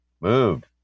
Moved